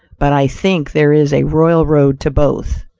but i think there is a royal road to both.